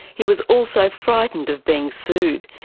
he was also frightened of being sued.